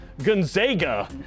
Gonzaga